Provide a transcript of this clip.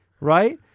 right